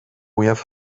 mwyaf